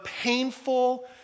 painful